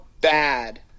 bad